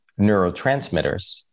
neurotransmitters